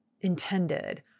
intended